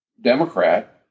Democrat